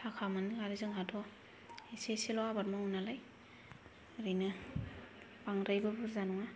थाखा मोनो आरो जोंहाथ' इसे इसेल' आबाद मावो नालाय ओरैनो बांद्रायबो बुरजा नङा